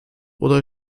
oder